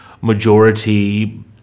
majority